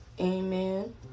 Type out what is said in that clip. Amen